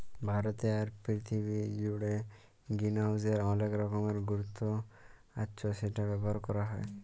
ভারতে আর পীরথিবী জুড়ে গ্রিনহাউসের অলেক রকমের গুরুত্ব আচ্ছ সেটা ব্যবহার ক্যরা হ্যয়